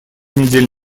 недель